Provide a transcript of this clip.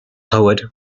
poet